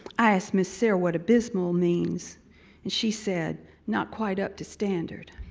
i asked miss sarah what abysmal means and she said, not quite up to standard.